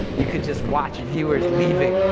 you could just watch viewers leaving.